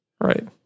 Right